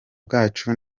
bwacu